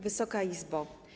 Wysoka Izbo!